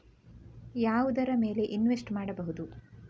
ಯಾವುದರ ಮೇಲೆ ಇನ್ವೆಸ್ಟ್ ಮಾಡಬಹುದು?